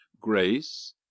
grace